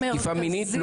תקיפה מינית,